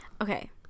Okay